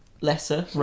lesser